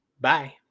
Bye